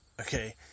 Okay